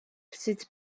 sut